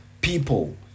people